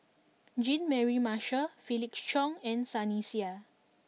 Jean Mary Marshall Felix Cheong and Sunny Sia